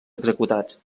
executats